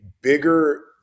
bigger